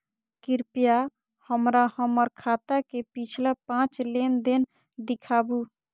कृपया हमरा हमर खाता के पिछला पांच लेन देन दिखाबू